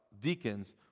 deacons